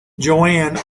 joanne